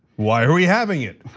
why are we having it,